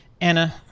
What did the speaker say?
Anna